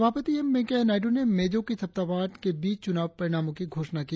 सभापति एम वेंकैया नायडु ने मेजों की थपथपाहट के बीच चूनाव परिणाम की घोषणा की